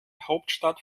hauptstadt